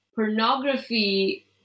Pornography